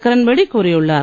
கிரண் பேடி கூறியுள்ளார்